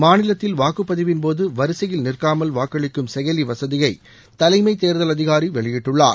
மாநிலத்தில் வாக்குப்பதிவின்போது வரிசைகளில் நிற்காமல் வாக்களிக்கும் செயலி வசதியை தலைமை தேர்தல் அதிகாரி வெளியிட்டுள்ளார்